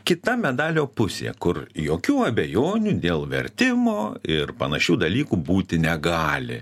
kita medalio pusė kur jokių abejonių dėl vertimo ir panašių dalykų būti negali